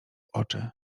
oczy